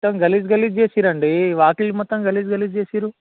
మొత్తం గలీజ్ గలీజ్ చేసిర్రండి వాకిలి మొత్తం గలీజ్ గలీజ్ చేసారు